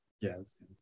Yes